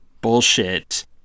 bullshit